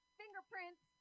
fingerprints